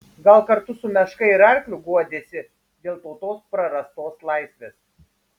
gal kartu su meška ir arkliu guodėsi dėl tautos prarastos laisvės